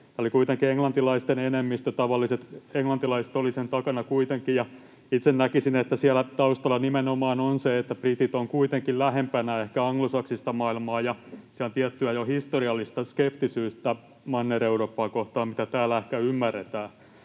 tämä oli kuitenkin englantilaisten enemmistö, kuitenkin tavalliset englantilaiset olivat sen takana, ja itse näkisin, että siellä taustalla on nimenomaan se, että britit ovat kuitenkin ehkä lähempänä anglosaksista maailmaa ja siellä on jo tiettyä historiallista skeptisyyttä Manner-Eurooppaa kohtaan, mitä täällä ehkä ymmärretään.